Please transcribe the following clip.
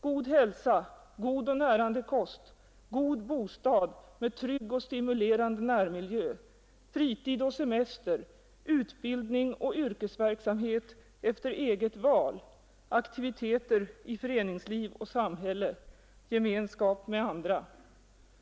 god hälsa, god och närande kost, god bostad med trygg och stimulerande närmiljö, fritid och semester, utbildning och yrkesverksamhet efter eget val, aktiviteter i föreningsliv och samhälle, gemenskap med andra.